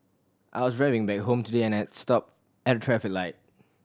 I was driving back home today and had stopped at a traffic light